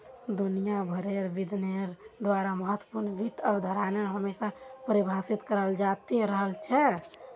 दुनिया भरेर विद्वानेर द्वारा महत्वपूर्ण वित्त अवधारणाएं हमेशा परिभाषित कराल जाते रहल छे